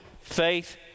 faith